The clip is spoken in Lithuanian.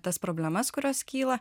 tas problemas kurios kyla